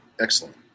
excellent